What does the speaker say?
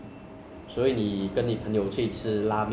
就只是去那边吃拉面 lor